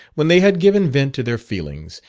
when they had given vent to their feelings,